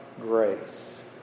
grace